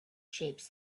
shapes